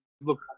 look